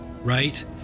right